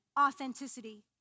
authenticity